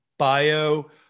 bio